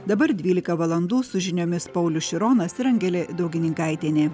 dabar dvylika valandų su žiniomis paulius šironas ir angelė daugininkaitienė